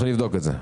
אנחנו נבדוק את זה.